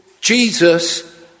Jesus